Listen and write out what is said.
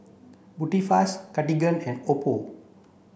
Tubifast Cartigain and Oppo